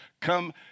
come